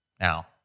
Now